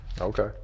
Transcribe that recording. Okay